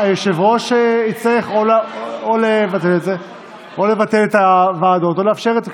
היושב-ראש יצטרך או לבטל את הוועדות או לאפשר את קיומן.